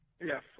Yes